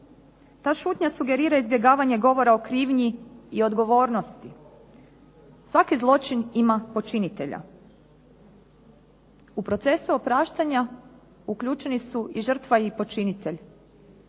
Ta šutnja sugerira izbjegavanje govora o krivnji i odgovornosti. Svaki zločin ima počinitelja. U procesu opraštanje uključeni su i žrtva i počinitelj.